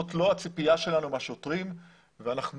זאת לא הציפייה שלנו מהשוטרים ואנחנו